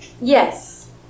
Yes